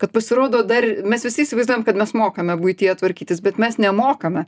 kad pasirodo dar mes visi įsivaizduojam kad mes mokame buityje tvarkytis bet mes nemokame